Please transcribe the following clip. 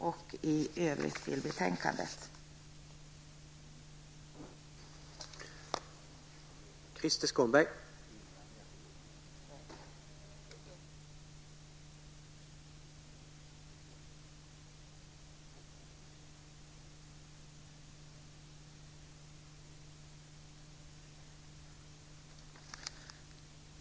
I övrigt yrkar jag bifall till utskottets hemställan.